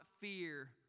fear